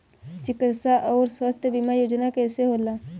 चिकित्सा आऊर स्वास्थ्य बीमा योजना कैसे होला?